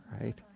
right